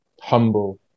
humble